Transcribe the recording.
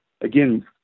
again